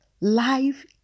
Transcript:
life